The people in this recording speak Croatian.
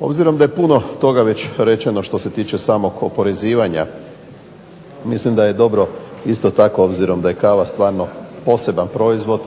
Obzirom da je puno toga već rečeno što se tiče samog oporezivanja mislim da je dobro isto tako, obzirom da je kava stvarno poseban proizvod